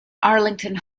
arlington